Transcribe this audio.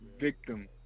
victim